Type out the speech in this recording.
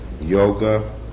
yoga